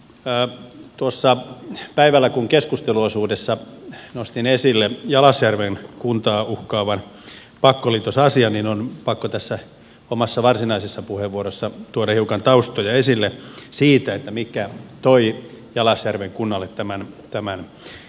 kun tuossa päivällä keskusteluosuudessa nostin esille jalasjärven kuntaa uhkaavan pakkoliitosasian niin on pakko tässä omassa varsinaisessa puheenvuorossa tuoda hiukan taustoja esille siitä mikä toi jalasjärven kunnalle tämän ison ongelman